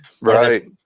right